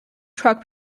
truck